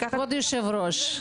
כבוד היושב-ראש,